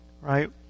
right